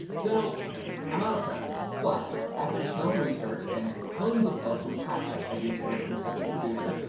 so i'm out of practice, but after some research and tons of help from patrick, idea channel's consulting producer,